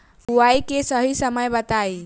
बुआई के सही समय बताई?